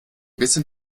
bisschen